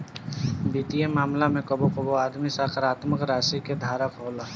वित्तीय मामला में कबो कबो आदमी सकारात्मक राशि के धारक होला